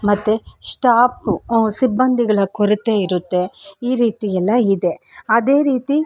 ಮತ್ತೆ ಸ್ಟಾಪ್ ಸಿಬ್ಬಂದಿಗಳ ಕೊರತೆ ಇರುತ್ತೆ ಈ ರೀತಿಯೆಲ್ಲ ಇದೆ ಅದೇ ರೀತಿ